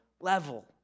level